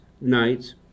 nights